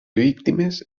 víctimes